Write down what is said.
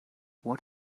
what